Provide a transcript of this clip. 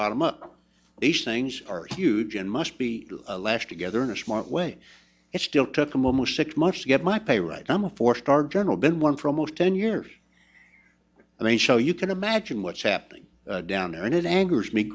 bottom up h things are huge and must be lashed together in a smart way it still took them almost six months to get my pay right i'm a four star general been one for almost ten years and then show you can imagine what's happening down there and it angers me